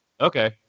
Okay